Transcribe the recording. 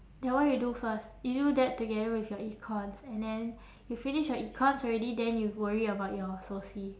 that one you do first you do that together with your econs and then you finish your econs already then you worry about your soci